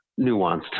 nuanced